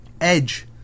Edge